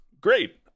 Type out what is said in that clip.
great